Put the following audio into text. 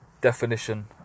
definition